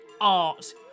Art